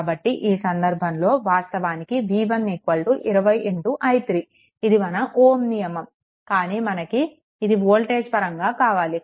కాబట్టి ఈ సంధర్భంలో వాస్తవానికి v1 20i3 ఇది మన ఓమ్ నియమం కానీ మనకి ఇది వోల్టేజ్ పరంగా కావాలి